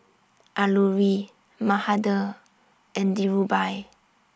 Alluri Mahade and Dhirubhai